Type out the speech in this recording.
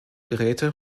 geräte